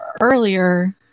earlier